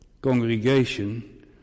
congregation